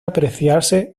apreciarse